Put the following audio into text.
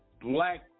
black